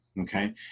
okay